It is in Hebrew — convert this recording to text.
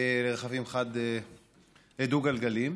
לרכבים דו-גלגליים.